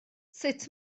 sut